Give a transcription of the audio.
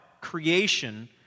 creation